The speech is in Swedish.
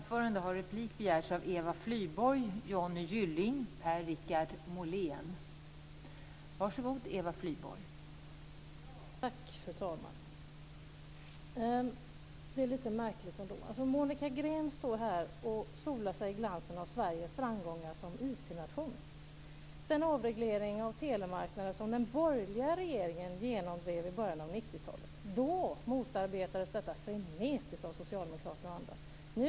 Fru talman! Det är lite märkligt ändå. Monica Green står här och solar sig i glansen från Sveriges framgångar som IT-nation. Den avreglering av telemarknaden som den borgerliga regeringen drev igenom i början av 1990-talet motarbetades frenetiskt av socialdemokraterna och andra.